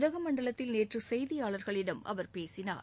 உதகமண்டலத்தில் நேற்று செய்தியாளர்களிடம் அவர் பேசினார்